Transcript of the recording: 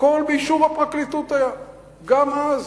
הכול היה באישור הפרקליטות גם אז.